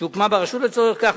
שהוקמה ברשות לצורך כך,